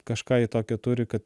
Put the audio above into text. kažką ji tokio turi kad